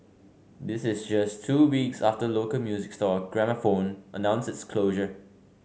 this is just two weeks after local music store Gramophone announced its closure